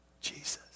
Jesus